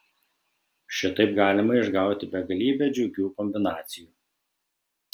šitaip galima išgauti begalybę džiugių kombinacijų